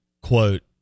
quote